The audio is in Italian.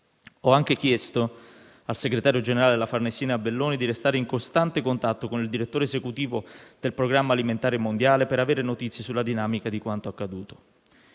Ho anche chiesto al Segretario generale della Farnesina, Belloni, di restare in contatto costante con il direttore esecutivo del Programma alimentare mondiale per avere notizie sulla dinamica di quanto accaduto.